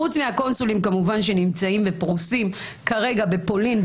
חוץ מהקונסולים כמובן שנמצאים ופרוסים כרגע בפולין,